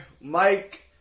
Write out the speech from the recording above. Mike